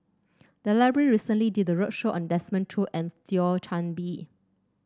the library recently did a roadshow on Desmond Choo and Thio Chan Bee